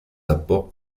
apports